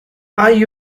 hay